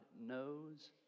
knows